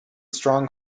strong